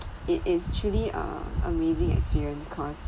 it it's truly uh a amazing experience cause